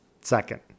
second